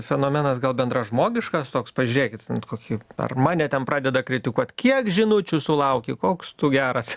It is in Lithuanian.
fenomenas gal bendražmogiškas toks pažiūrėkit kokie ar mane ten pradeda kritikuot kiek žinučių sulauki koks tu geras